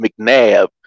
McNabb